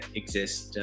exist